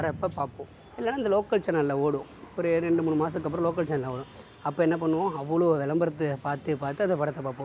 வரப்போ பார்ப்போம் இல்லைனா இந்த லோக்கல் சேனலில் ஓடும் ஒரு ரெண்டு மூணு மாதத்துக்கு அப்புறோம் லோக்கல் சேனலில் ஓடும் அப்போ என்ன பண்ணுவோம் அவ்வளோ விளம்பரத்தை பார்த்து பார்த்து அந்த படத்த பார்ப்போம்